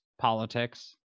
Politics